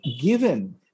given